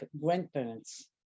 grandparents